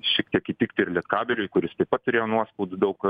šiek tiek įtikti ir lietkabeliui kuris taip pat turėjo nuoskaudų daug